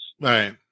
Right